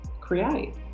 create